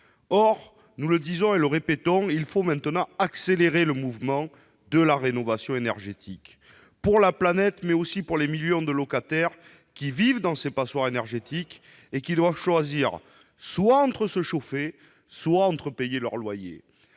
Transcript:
Or, nous l'avons dit et répété, il faut maintenant accélérer le mouvement de la rénovation énergétique pour la planète, mais aussi pour les millions de locataires qui vivent dans ces passoires énergétiques et qui doivent choisir entre se chauffer ou payer leur loyer.